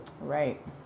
Right